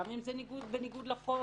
גם אם זה בניגוד לחוק,